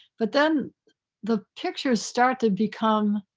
but then the pictures start to become